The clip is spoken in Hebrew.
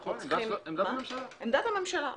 נכון, עמדת הממשלה.